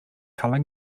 color